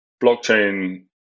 blockchain